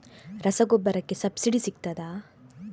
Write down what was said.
ರಸಗೊಬ್ಬರಕ್ಕೆ ಸಬ್ಸಿಡಿ ಸಿಗ್ತದಾ?